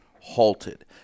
halted